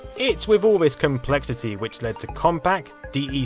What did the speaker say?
it's with all this complexity which led to compaq, dec,